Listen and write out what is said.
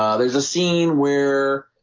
um there's a scene where?